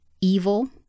evil